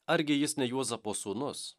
argi jis ne juozapo sūnus